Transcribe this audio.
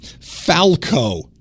Falco